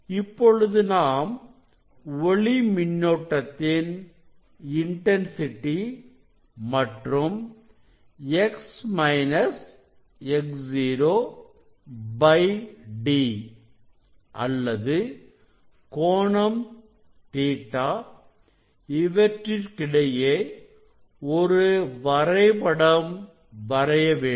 இப்பொழுது நாம் ஒளி மின்னோட்டத்தின் இன்டன்சிட்டி மற்றும் X X0 D அல்லது கோணம் Ɵ இவற்றிற்கிடையே ஒரு வரைபடம் வரைய வேண்டும்